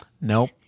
Nope